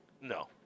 No